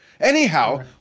Anyhow